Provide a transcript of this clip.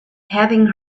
having